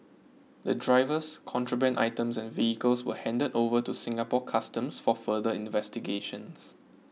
the drivers contraband items and vehicles were handed over to Singapore Customs for further investigations